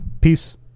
peace